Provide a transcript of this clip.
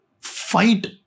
fight